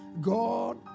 God